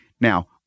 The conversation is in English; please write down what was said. Now